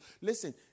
listen